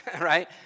right